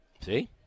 See